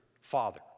Father